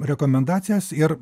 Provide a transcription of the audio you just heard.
rekomendacijas ir